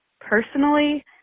Personally